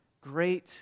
great